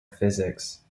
physics